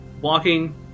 walking